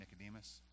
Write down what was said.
Nicodemus